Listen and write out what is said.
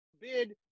bid